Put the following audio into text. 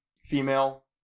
female